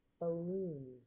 Balloons